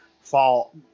fall